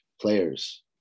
players